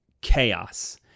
chaos